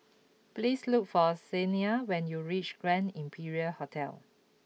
please look for Siena when you reach Grand Imperial Hotel